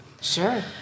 Sure